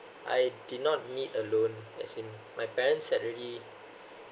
I did not need a loan as in my parents had already